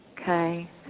Okay